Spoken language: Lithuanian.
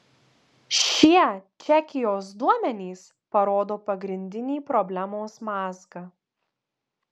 šie čekijos duomenys parodo pagrindinį problemos mazgą